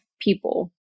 people